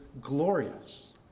glorious